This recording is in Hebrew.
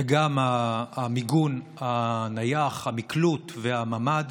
וגם המיגון הנייח, המקלוט והממ"ד